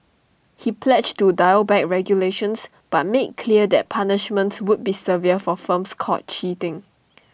he pledged to dial back regulations but made clear that punishments would be severe for firms caught cheating